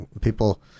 people